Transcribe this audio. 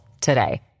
today